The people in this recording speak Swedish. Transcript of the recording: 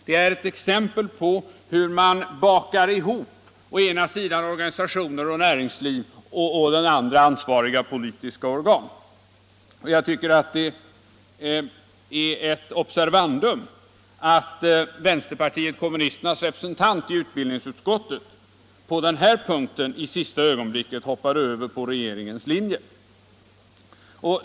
Det är exempel på hur man bakar ihop å ena sidan organisationer och näringsliv och å andra sidan ansvariga politiska organ. Och det är ett observandum att vänsterpartiet kommunisternas representant i utbildningsutskottet på denna punkt i sista ögonblicket anslöt sig till regeringens linje.